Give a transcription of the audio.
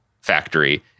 factory